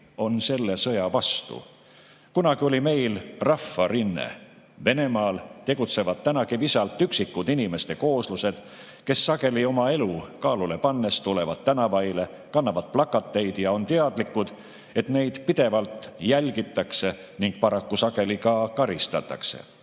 on selle sõja vastu. Kunagi oli meil Rahvarinne. Venemaal tegutsevad tänagi visalt üksikud inimeste kooslused, kes sageli oma elu kaalule pannes tulevad tänavaile, kannavad plakateid ja on teadlikud, et neid pidevalt jälgitakse ning paraku sageli ka karistatakse.